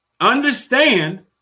Understand